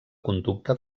conducta